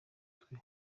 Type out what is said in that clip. twe